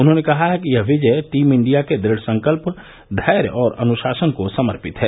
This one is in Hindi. उन्होंने कहा कि यह विजय टीम इंडिया के दृढ़संकल्प धैर्य और अनुशासन को समर्पित है